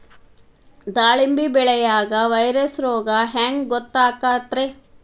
ದಾಳಿಂಬಿ ಬೆಳಿಯಾಗ ವೈರಸ್ ರೋಗ ಹ್ಯಾಂಗ ಗೊತ್ತಾಕ್ಕತ್ರೇ?